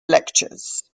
lectures